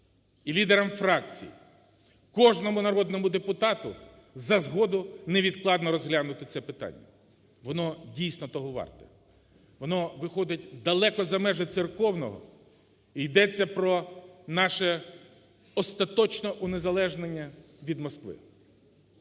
і лідерам фракцій, кожному народному депутату за згоду невідкладно розглянути це питання. Воно, дійсно, того варте. Воно виходить далеко за межі церковного, йдеться про наше остаточне унезалежнення від Москви.